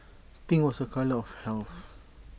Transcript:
pink was A colour of health